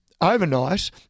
overnight